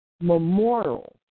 memorial